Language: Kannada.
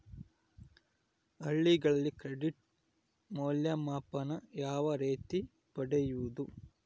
ಹಳ್ಳಿಗಳಲ್ಲಿ ಕ್ರೆಡಿಟ್ ಮೌಲ್ಯಮಾಪನ ಯಾವ ರೇತಿ ಪಡೆಯುವುದು?